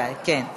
בוודאי, כן.